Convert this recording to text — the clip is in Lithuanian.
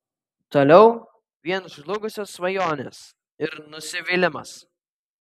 toliau vien žlugusios svajonės ir nusivylimas